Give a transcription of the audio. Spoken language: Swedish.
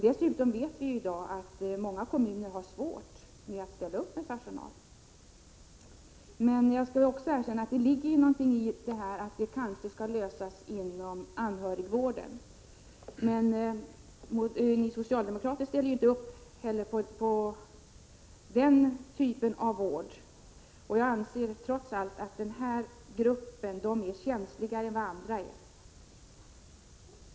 Dessutom vet vi i dag att många kommuner har svårt att ställa upp med personal. Men jag skall också erkänna att det ligger något i att detta kanske bör lösas inom anhörigvården. Men vi folkpartister ställer inte upp på det. Jag anser trots allt att den här gruppen är känsligare än andra.